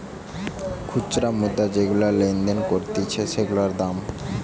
খুচরা মুদ্রা যেগুলা লেনদেন করতিছে সেগুলার দাম